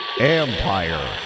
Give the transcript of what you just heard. Empire